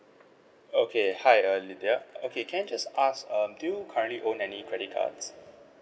okay hi err lidiyah okay can I just ask um do you currently own any credit cards